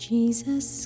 Jesus